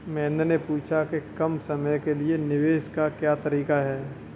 महेन्द्र ने पूछा कि कम समय के लिए निवेश का क्या तरीका है?